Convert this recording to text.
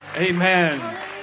Amen